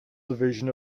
division